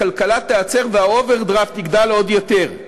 הכלכלה תיעצר והאוברדרפט יגדל עוד יותר.